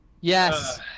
Yes